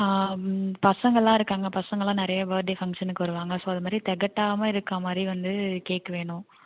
ஆ ம் பசங்கள்லாம் இருக்காங்க பசங்கள்லாம் நிறையா பேர்டே ஃபங்க்ஷனுக்கு வருவாங்க ஸோ அதமாதிரி தெகட்டாமல் இருக்காமாதிரி வந்து கேக் வேணும்